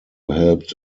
helped